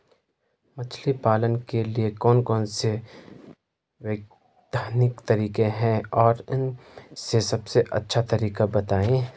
मछली पालन के लिए कौन कौन से वैज्ञानिक तरीके हैं और उन में से सबसे अच्छा तरीका बतायें?